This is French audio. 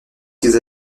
qu’ils